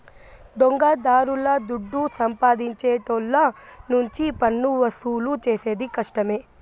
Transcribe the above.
దొంగదారుల దుడ్డు సంపాదించేటోళ్ళ నుంచి పన్నువసూలు చేసేది కష్టమే